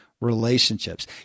relationships